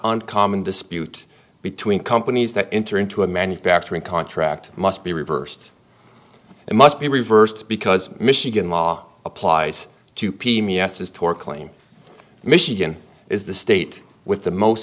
uncommon dispute between companies that enter into a manufacturing contract must be reversed and must be reversed because michigan law applies to p b s is tort claim michigan is the state with the most